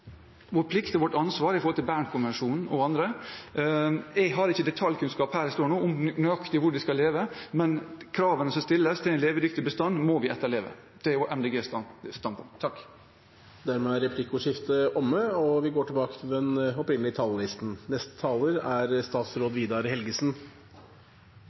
ansvar etter Bernkonvensjonen og andre. Jeg har ikke detaljkunnskap her jeg står nå, om nøyaktig hvor de skal leve, men kravene som stilles for å ha en levedyktig bestand, må vi etterleve. Det er Miljøpartiet De Grønnes standpunkt. Replikkordskiftet er omme. La meg først få takke komiteen for arbeidet, og